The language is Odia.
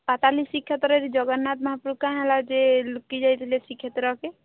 ପାତାଲି ଶ୍ରୀକ୍ଷେତ୍ରରେ ଜଗନ୍ନାଥ ମହାପ୍ରଭୁ କା ହେଲା ଯେ ଲୁକି ଯାଇଥିଲେ ଶ୍ରୀକ୍ଷେତ୍ରକେ